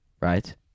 right